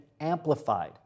amplified